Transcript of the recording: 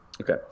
okay